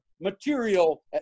material